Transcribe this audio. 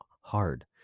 hard